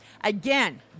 Again